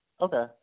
Okay